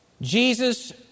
Jesus